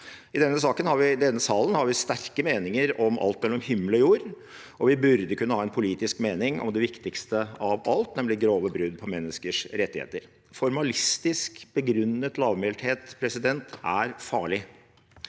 I denne salen har vi sterke meninger om alt mellom himmel og jord, og vi burde kunne ha en politisk mening om det viktigste av alt, nemlig grove brudd på menneskers rettigheter. Formalistisk begrunnet lavmælthet er farlig.